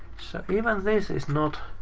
even this is not,